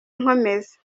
nkomeza